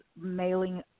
mailing